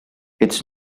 its